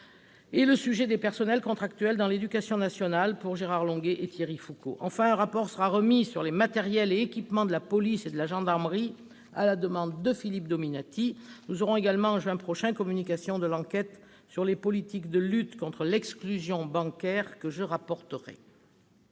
et le sujet des personnels contractuels dans l'éducation nationale pour Gérard Longuet et Thierry Foucaud. Enfin, un rapport sera remis sur les matériels et équipements de la police et de la gendarmerie, à la demande de Philippe Dominati. Au mois de juin prochain, nous aurons également communication de l'enquête sur les politiques de lutte contre l'exclusion bancaire, que je rapporterai.